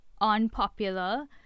unpopular